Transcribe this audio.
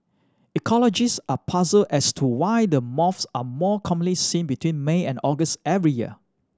ecologists are puzzled as to why the moths are more commonly seen between May and August every year